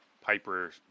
Piper